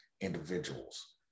individuals